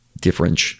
Different